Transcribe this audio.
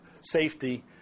safety